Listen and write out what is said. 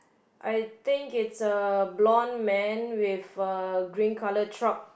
I think it's a blonde man with a green colour truck